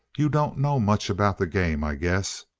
you don't know much about the game, i guess?